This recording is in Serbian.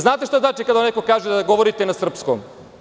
Znate li šta znači kada vam neko kaže da govorite na srpskom?